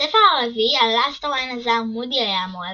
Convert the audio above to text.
בספר הרביעי אלאסטור "עין הזעם" מודי היה המורה,